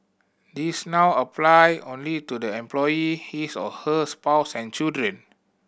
this now apply only to the employee his or her spouse and children